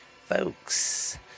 folks